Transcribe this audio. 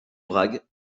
bragg